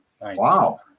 Wow